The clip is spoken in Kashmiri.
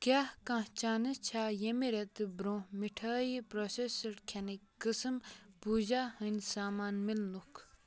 کیٛاہ کانٛہہ چانس چھا ییٚمہِ رٮ۪تہٕ برٛونٛہہ مِٹھٲیہِ پرٛوسٮ۪سٕڈ کھٮ۪نٕکۍ قٕسٕم پوٗجا ہٕنٛدۍ سامان مِلنُک